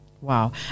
Wow